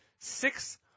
six